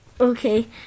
Okay